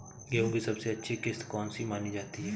गेहूँ की सबसे अच्छी किश्त कौन सी मानी जाती है?